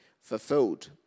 fulfilled